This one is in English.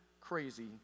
crazy